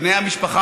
בני המשפחה,